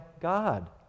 God